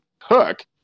hook